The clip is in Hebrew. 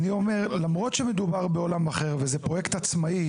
למרות שמדובר בעולם אחר וזה פרויקט עצמאי,